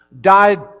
died